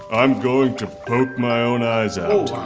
i'm going to poke my own eyes out.